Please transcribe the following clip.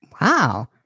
Wow